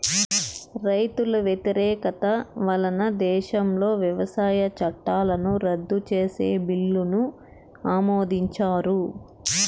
రైతుల వ్యతిరేకత వలన దేశంలో వ్యవసాయ చట్టాలను రద్దు చేసే బిల్లును ఆమోదించారు